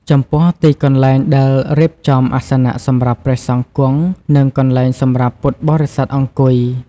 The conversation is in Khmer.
ចំពោះទីកន្លែងដែលរៀបចំអាសនៈសម្រាប់ព្រះសង្ឃគង់ និងកន្លែងសម្រាប់ពុទ្ធបរិស័ទអង្គុយ។